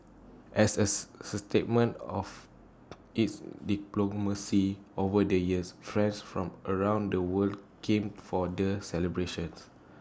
as as stamen of its diplomacy over the years friends from around the world came for the celebrations